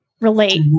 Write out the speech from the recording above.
relate